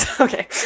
Okay